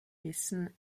wissen